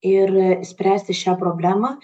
ir spręsti šią problemą